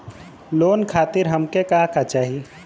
Loan खातीर हमके का का चाही?